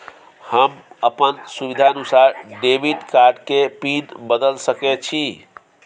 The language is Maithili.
हम अपन सुविधानुसार डेबिट कार्ड के पिन बदल सके छि?